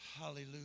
Hallelujah